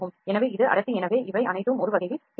எனவே இது அடர்த்தி எனவே இவை அனைத்தும் ஒரு வகையில் பிக்சல்கள்